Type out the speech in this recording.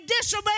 disobey